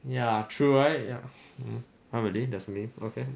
ya true right ya !huh! really there's a meme okay